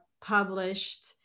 published